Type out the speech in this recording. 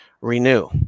renew